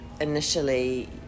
initially